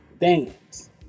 Dance